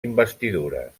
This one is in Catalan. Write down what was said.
investidures